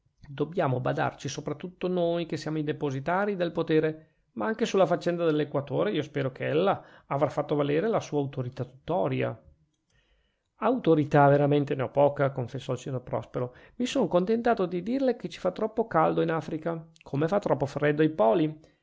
dobbiamo badarci sopra tutto noi che siamo i depositarii del potere ma anche sulla faccenda dell'equatore io spero che ella avrà fatto valere la sua autorità tutoria autorità veramente ne ho poca confessò il signor prospero mi sono contentato di dirle che ci fa troppo caldo in africa come fa troppo freddo ai poli